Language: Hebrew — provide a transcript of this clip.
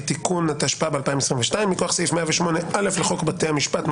(תיקון) התשפ"ב-2022 מכוח סעיף 108א לחוק בתי המשפט ,